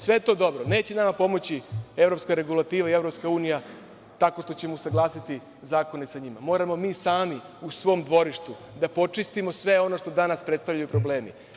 Sve je to dobro, neće nama pomoći evropska regulativa i EU, tako što ćemo usaglasiti zakone sa njima, moramo mi sami u svom dvorištu da počistimo sve ono što danas predstavlja problem.